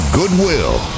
goodwill